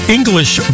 English